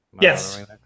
Yes